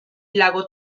lago